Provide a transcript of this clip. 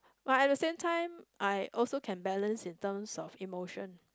but at the same I also can balance in terms of emotion